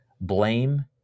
Blame